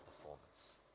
performance